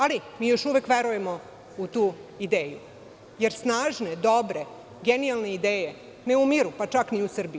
Ali, mi još uvek verujemo u tu ideju, jer snažne dobre genijalne ideje, ne umiru, pa čak ni u Srbiji.